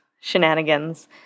shenanigans